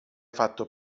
fatto